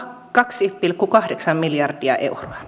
kaksi pilkku kahdeksan miljardia euroa